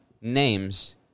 names